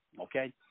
okay